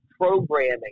programming